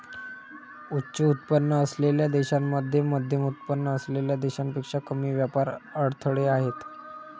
उच्च उत्पन्न असलेल्या देशांमध्ये मध्यमउत्पन्न असलेल्या देशांपेक्षा कमी व्यापार अडथळे आहेत